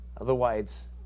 Otherwise